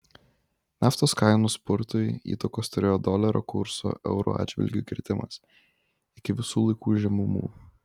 naftos kainų spurtui įtakos turėjo dolerio kurso euro atžvilgiu kritimas iki visų laikų žemumų